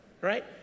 Right